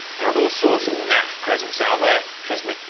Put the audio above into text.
there are all sorts of naff presents out there. trust me,